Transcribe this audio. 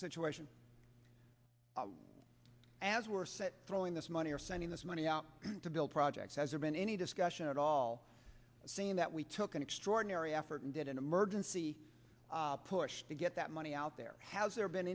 situation as worse at throwing this money or sending this money out to build projects has there been any discussion at all saying that we took an extraordinary effort and did an emergency push to get that money out there has there been